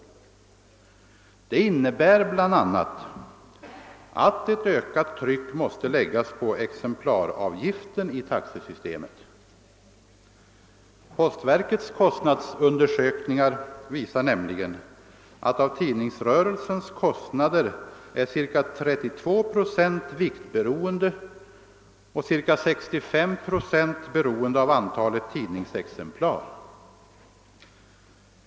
Det innebär bl.a. att ett ökat tryck måste läggas på exemplaravgiften i taxesystemet. Postverkets kostnadsundersökningar visar att ca 32 procent av tidningsrörelsens kostnader är vikiberoende och ca 65 procent beroende av antalet tidningsexemplar.